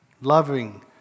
loving